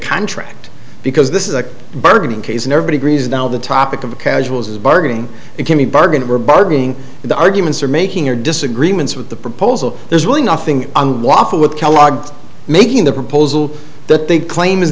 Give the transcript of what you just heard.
contract because this is a bargaining case and everybody agrees now the topic of the casuals is bargaining it can be bargained or bargaining the arguments are making or disagreements with the proposal there's really nothing on waffle with kellogg's making the proposal that they claim is